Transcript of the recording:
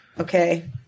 Okay